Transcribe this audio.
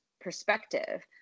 perspective